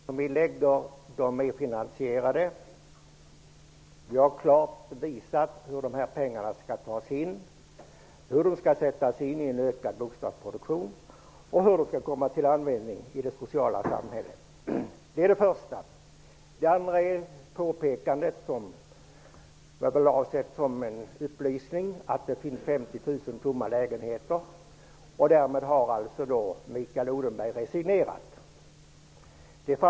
Herr talman! De förslag som vi lägger fram är finansierade. Vi har klart visat hur man skall få fram dessa pengar, hur de skall sättas in i en ökad bostadsproduktion och hur de skall komma till användning i det sociala samhället. Påpekandet om att det finns 50 000 tomma lägenheter var väl avsett som en upplysning? Mikael Odenberg har alltså resignerat i och med det.